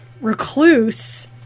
recluse